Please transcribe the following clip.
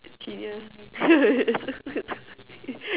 genius